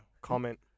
comment